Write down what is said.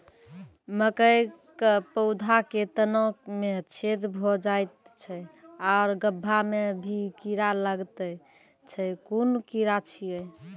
मकयक पौधा के तना मे छेद भो जायत छै आर गभ्भा मे भी कीड़ा लागतै छै कून कीड़ा छियै?